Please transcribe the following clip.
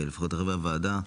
ולפחות חברי הוועדה,